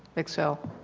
excel